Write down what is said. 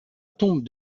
tombe